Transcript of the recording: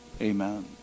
Amen